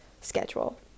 schedule